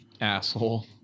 Asshole